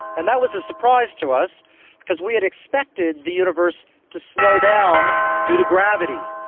and that was a surprise to us because we had expected the universe to slow down due to gravity.